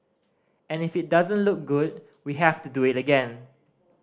and if it doesn't look good we have to do it again